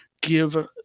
give